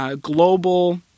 global